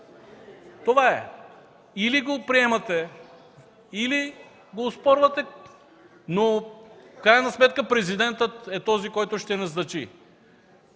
Това е. Или го приемате, или го оспорвате. Но в крайна сметка Президентът е този, който ще назначи.